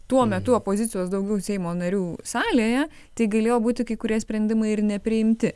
tuo metu opozicijos daugiau seimo narių salėje tai galėjo būti kai kurie sprendimai ir nepriimti